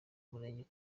umurenge